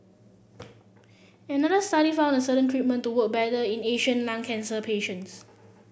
another study found a certain treatment to work better in Asian lung cancer patients